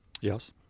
Yes